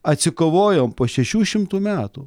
atsikovojome po šešių šimtų metų